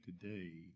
today